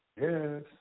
Yes